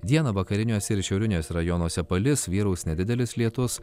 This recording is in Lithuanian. dieną vakariniuose ir šiauriniuose rajonuose palis vyraus nedidelis lietus